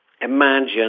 imagine